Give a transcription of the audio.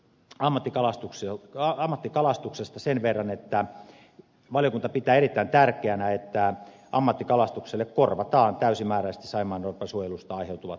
vielä lopuksi ammattikalastuksesta sen verran että valiokunta pitää erittäin tärkeänä että ammattikalastukselle korvataan täysimääräisesti saimaannorpan suojelusta aiheutuvat menetykset